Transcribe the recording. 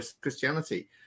Christianity